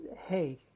hey